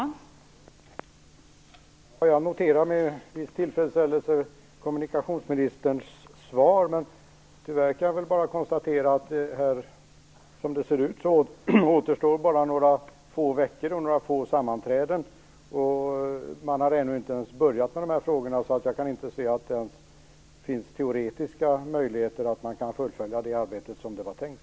Fru talman! Jag noterar med viss tillfredsställelse kommunikationsministerns svar. Tyvärr kan jag bara konstatera att som det nu ser ut återstår bara några få veckor och några få sammanträden. Eftersom man ännu inte ens har börjat med de här frågorna kan jag inte se att det ens finns teoretiska möjligheter att fullfölja arbetet som det var tänkt.